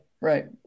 Right